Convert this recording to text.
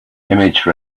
image